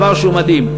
דבר שהוא מדהים.